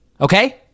Okay